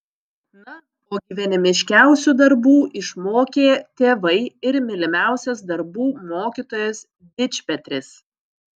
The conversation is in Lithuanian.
na o gyvenimiškiausių darbų išmokė tėvai ir mylimiausias darbų mokytojas dičpetris